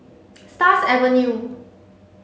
Stars Avenue